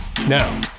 Now